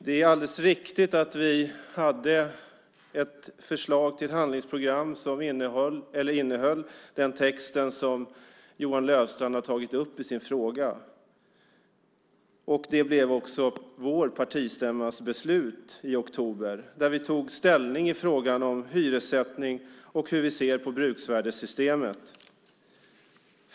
Det är alldeles riktigt att vi hade ett förslag till handlingsprogram som innehöll den text som Johan Löfstrand har tagit upp i sin fråga, och det blev också vår partistämmas beslut i oktober, där vi tog ställning till frågan om hyressättning och hur vi ser på bruksvärdessystemet.